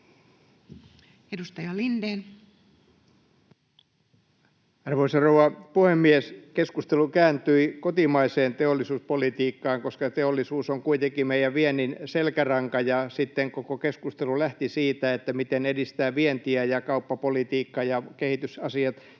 Edustaja Lindén. Arvoisa rouva puhemies! Keskustelu kääntyi kotimaiseen teollisuuspolitiikkaan, koska teollisuus on kuitenkin meidän vientimme selkäranka, ja sitten koko keskustelu lähti siitä, miten edistää vientiä ja kauppapolitiikkaa ja kehitysasioita